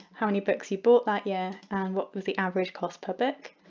how many books you bought that year and what was the average cost per book.